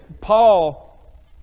Paul